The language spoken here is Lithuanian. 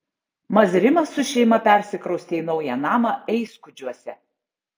mazrimas su šeima persikraustė į naują namą eiskudžiuose